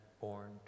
born